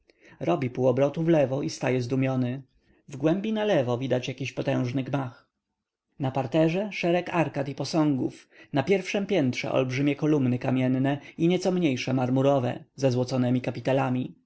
robi półobrotu wlewo i staje zdumiony wgłębi nalewo widać jakiś potężny gmach na parterze szereg arkad i posągów na pierwszem piętrze olbrzymie kolumny kamienne i nieco mniejsze marmurowe ze złoconemi kapitelami